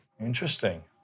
Interesting